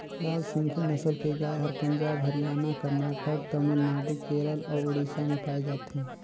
लाल सिंघी नसल के गाय हर पंजाब, हरियाणा, करनाटक, तमिलनाडु, केरल अउ उड़ीसा में पाए जाथे